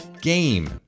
game